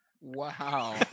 Wow